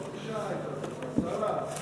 עוד אישה, שרה.